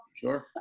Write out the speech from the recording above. Sure